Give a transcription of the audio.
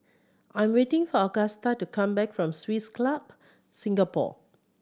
I'm waiting for Agusta to come back from Swiss Club Singapore